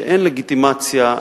שאין לגיטימציה,